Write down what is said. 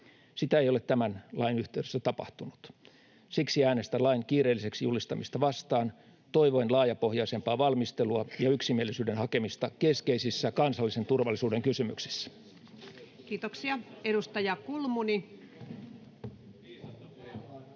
Sitä ei ole tämän lain yhteydessä tapahtunut. Siksi äänestän lain kiireelliseksi julistamista vastaan toivoen laajapohjaisempaa valmistelua ja yksimielisyyden hakemista keskeisissä kansallisen turvallisuuden kysymyksissä. [Speech 34] Speaker: Ensimmäinen